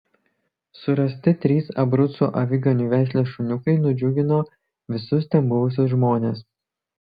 surasti trys abrucų aviganių veislės šuniukai nudžiugino visus ten buvusius žmones